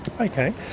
Okay